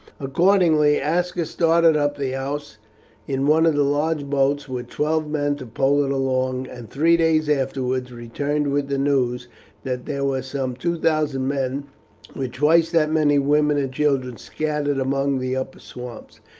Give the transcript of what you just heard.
accordingly aska started up the ouse in one of the large boats with twelve men to pole it along, and three days afterwards returned with the news that there were some two thousand men with twice that many women and children scattered among the upper swamps.